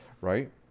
right